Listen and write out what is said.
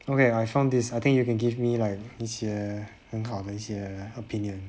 okay I found this I think you can give me like 一些很好的一些 opinion